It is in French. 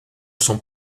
sont